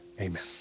amen